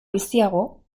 biziago